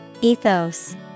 Ethos